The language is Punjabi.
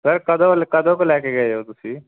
ਸਰ ਕਦੋਂ ਕਦੋਂ ਕੁ ਲੈ ਕੇ ਗਏ ਹੋ ਤੁਸੀਂ